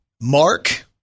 Mark